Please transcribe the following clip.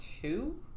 two